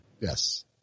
Yes